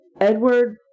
Edward